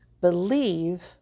believe